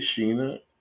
sheena